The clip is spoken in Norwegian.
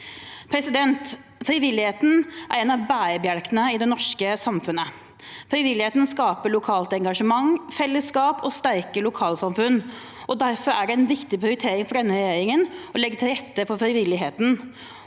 liv. Frivilligheten er en av bærebjelkene i det norske samfunnet. Frivilligheten skaper lokalt engasjement, fellesskap og sterke lokalsamfunn. Derfor er det en viktig prioritering for denne regjeringen å legge til rette for frivilligheten,